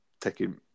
taking